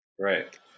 Right